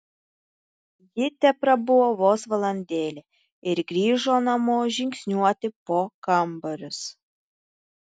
ji teprabuvo vos valandėlę ir grįžo namo žingsniuoti po kambarius